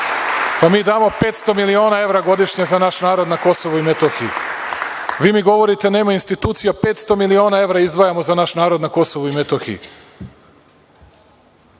Pa, mi damo 500 miliona evra godišnje za naš narod na Kosovu i Metohiji. Vi ne govorite nema institucija, 500 miliona evra izdvajamo za naš narod na Kosovu i Metohiji.